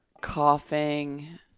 coughing